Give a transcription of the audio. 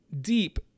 deep